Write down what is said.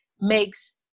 makes